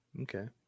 Okay